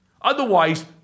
Otherwise